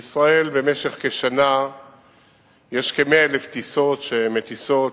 בישראל יש במשך כשנה כ-100,000 טיסות שמטיסות,